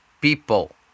people